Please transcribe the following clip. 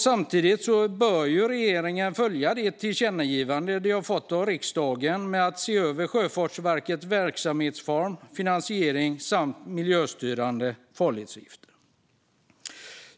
Vidare bör regeringen följa de tillkännagivanden man har fått av riksdagen om att se över Sjöfartsverkets verksamhetsform och finansiering samt miljöstyrande farledsavgifter.